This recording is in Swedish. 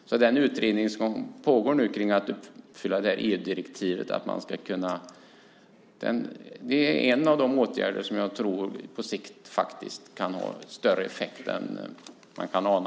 Det pågår en utredning om hur vi ska göra för att uppfylla kraven i EG-direktivet, och det är en av de åtgärder som jag tror på sikt kan ha större effekt än man kan ana.